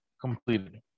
completed